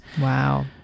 Wow